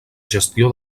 gestió